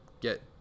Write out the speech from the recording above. get